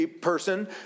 person